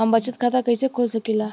हम बचत खाता कईसे खोल सकिला?